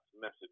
message